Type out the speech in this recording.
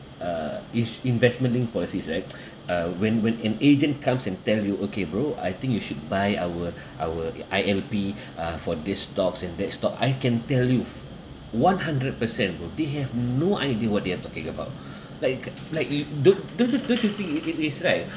uh is investment linked policies right uh when when an agent comes and tell you okay bro I think you should buy our our the I_L_P uh for this stock and that stock I can tell you one hundred per cent bro they have no idea what they are talking about like uh like you don't don't don't don't you think it it is right